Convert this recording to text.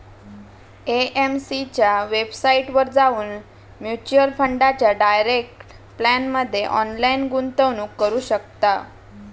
AMC च्या वेबसाईटवर जाऊन म्युच्युअल फंडाच्या डायरेक्ट प्लॅनमध्ये ऑनलाईन गुंतवणूक करू शकताव